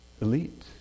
elite